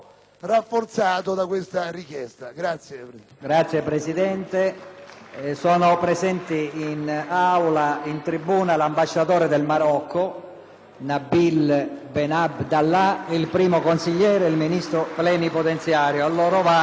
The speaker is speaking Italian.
Sono presenti in tribuna l'ambasciatore del Marocco, Nabil Ben Abdallah, il primo consigliere e il ministro plenipotenziario, ai quali va il nostro saluto.